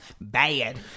bad